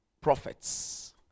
prophets